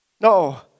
No